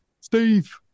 Steve